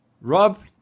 Rob